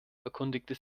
erkundigte